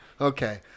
Okay